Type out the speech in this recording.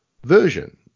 version